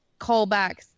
callbacks